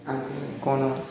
ଆଉ କ'ଣ